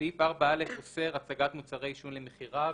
סעיף 4א אוסר הצגת מוצרי עישון למכירה,